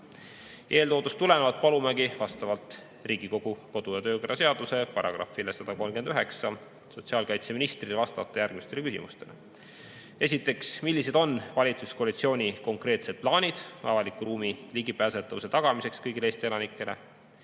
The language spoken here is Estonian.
tulenevalt palumegi vastavalt Riigikogu kodu- ja töökorra seaduse §-le 139 sotsiaalkaitseministril vastata järgmistele küsimustele. Esiteks: millised on valitsuskoalitsiooni konkreetsed plaanid avaliku ruumi ligipääsetavuse tagamiseks kõigile Eesti elanikele?